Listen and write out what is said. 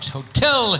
Hotel